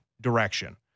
direction